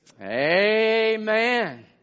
Amen